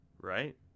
Right